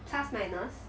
plus minus